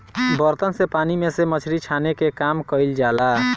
बर्तन से पानी में से मछरी छाने के काम कईल जाला